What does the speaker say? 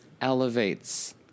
elevates